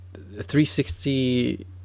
360